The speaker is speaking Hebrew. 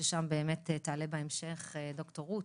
ששם באמת תעלה בהמשך ד"ר רות,